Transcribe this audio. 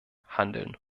handeln